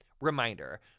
Reminder